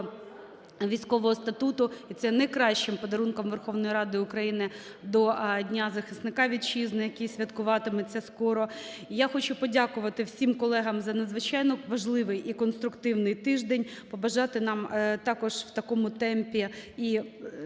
військового статуту, і це є найкращим подарунком Верховної Ради України до Дня захисника Вітчизни, який святкуватиметься скоро. Я хочу подякувати всім колегам за надзвичайно важливий і конструктивний тиждень, побажати нам також в такому темпі і